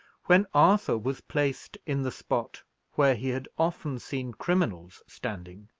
when arthur was placed in the spot where he had often seen criminals standing,